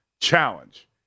Challenge